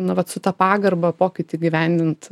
na vat su ta pagarba pokytį įgyvendint